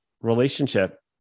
relationship